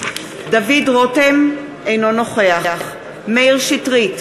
דוד רותם, אינו נוכח מאיר שטרית,